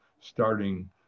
starting